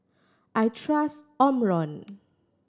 I trust Omron